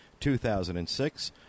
2006